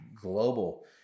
global